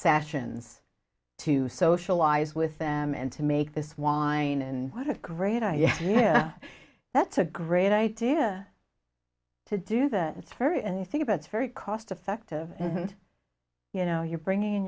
sessions to socialize with them and to make this wine and what a great i yeah that's a great idea to do that it's very anything about it's very cost effective and you know you're bringing